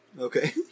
Okay